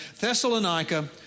Thessalonica